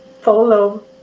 follow